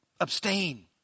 Abstain